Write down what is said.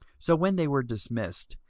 so when they were dismissed,